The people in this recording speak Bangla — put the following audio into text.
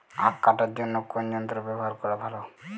আঁখ কাটার জন্য কোন যন্ত্র ব্যাবহার করা ভালো?